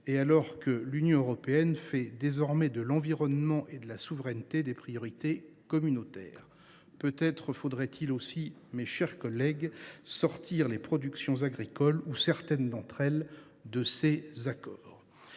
alors que l’Union européenne fait désormais de l’environnement et de la souveraineté des priorités communautaires. Peut être faudrait il aussi sortir les productions agricoles, ou certaines d’entre elles, de ces accords.